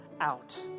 out